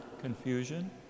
confusion